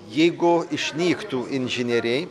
jeigu išnyktų inžinieriai